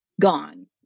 gone